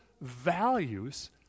values